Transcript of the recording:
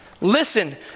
Listen